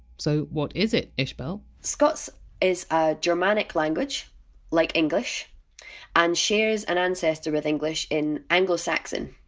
so what is it, ishbel? scots is a germanic language like english and shares an ancestor with english in anglo-saxon.